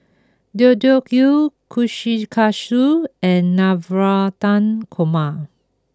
Deodeok Gui Kushikatsu and Navratan Korma